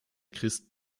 christ